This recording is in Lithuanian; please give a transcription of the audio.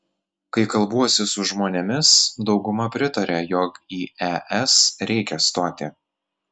kai kalbuosi su žmonėmis dauguma pritaria jog į es reikia stoti